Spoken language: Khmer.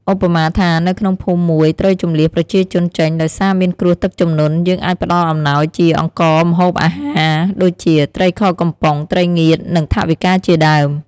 ឧបមាថា នៅក្នុងភូមិមួយត្រូវជម្លៀសប្រជាជនចេញដោយសារមានគ្រោះទឹកជំនន់ យើងអាចផ្តល់អំណោយជា អង្ករ ម្ហូបអាហារ ដូចជា ត្រីខកំប៉ុង ត្រីងៀត និង ថវិកាជាដើម។